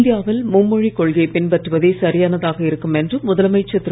இந்தியாவில் மும்மொழி கொள்கையை பின்பற்றுவதே சரியானதாக இருக்கும் என்று முதலமைச்சர் திரு